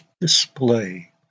display